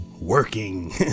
working